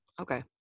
okay